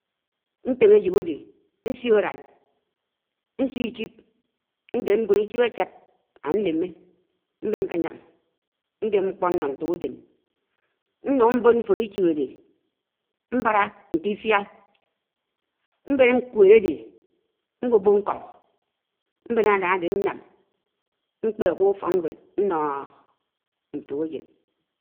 Ñtem ājo̱p áde ñsio̱ álan, ñsie̱ íchíp ñded ńded m̄bo̱n íchib āchad ānemé m̄ben ñkeyám ńdep ǹkpo n̄no ńtokejen, ñnun m̄bon ñfod íchib ádɛ m̄balá ñte ífia ñben ñkwed āde ñgwo̱bo̱ ñko̱n, mbēn ālan āde ñyam ñkpe ākuk úfo̱knw̄ed n̄no̱ éto̱kej́eṉ.